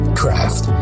craft